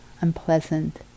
unpleasant